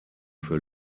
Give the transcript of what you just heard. für